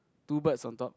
two birds on top